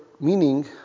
meaning